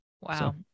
Wow